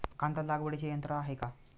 कांदा लागवडीचे यंत्र आहे का?